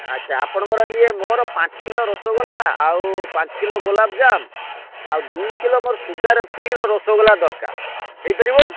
ଆଚ୍ଛା ଆପଣଙ୍କର ଇଏ ମୋର ପାଞ୍ଚ କିଲୋ ରସଗୋଲା ଆଉ ପାଞ୍ଚ କିଲୋ ଗୋଲାପଜାମ୍ ଆଉ ଦୁଇ କିଲୋ ମୋର ସୁଗାର୍ ଫ୍ରୀ'ର ରସଗୋଲା ଦରକାର ହେଇପାରିବ